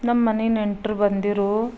ನಮ್ಮನೆ ನೆಂಟ್ರು ಬಂದಿದ್ರೂ